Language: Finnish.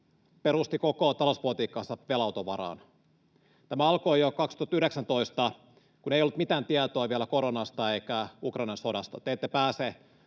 perusti koko talouspolitiikkansa velanoton varaan. Tämä alkoi jo 2019, kun ei ollut vielä mitään tietoa koronasta eikä Ukrainan sodasta.